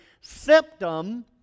symptom